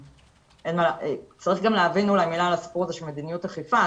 אולי מילה על הסיפור של מדיניות אכיפה,